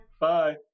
bye